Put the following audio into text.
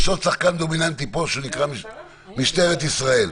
יש עוד שחקן דומיננטי פה שנקרא משטרת ישראל.